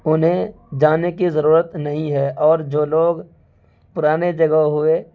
انہیں جانے کی ضرورت نہیں ہے اور جو لوگ پرانے جگہ ہوئے